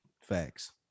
Facts